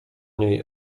niej